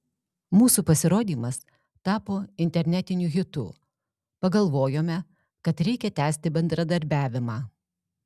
mūsų pasirodymas tapo internetiniu hitu pagalvojome kad reikia tęsti bendradarbiavimą